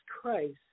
Christ